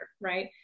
right